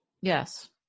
Yes